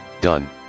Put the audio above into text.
Done